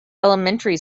elementary